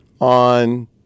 on